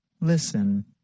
Listen